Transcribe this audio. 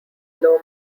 loma